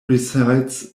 resides